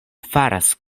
faras